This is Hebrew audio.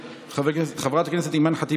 נוכל לעבור להצבעה על סעיף 15 כנוסח הוועדה.